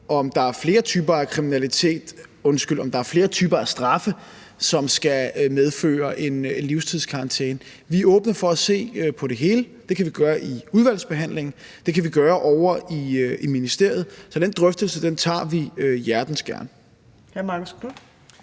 om der er flere typer af straffe, som skal medføre en livstidskarantæne. Vi er åbne for at se på det hele. Det kan vi gøre i udvalgsbehandlingen. Det kan vi gøre ovre i ministeriet. Så den drøftelse tager vi hjertens gerne.